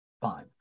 fine